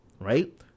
right